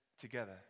together